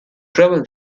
trouble